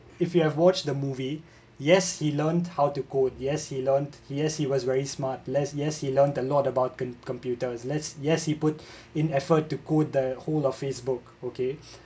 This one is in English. if you have watched the movie yes he learnt how to code yes he learnt he yes he was very smart less yes he learnt a lot about com~ computer yes yes he put in effort to code the whole of Facebook okay